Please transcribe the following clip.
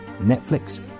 Netflix